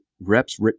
reps